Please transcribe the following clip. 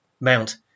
Mount